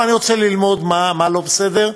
אני רוצה ללמוד מה לא בסדר,